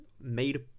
made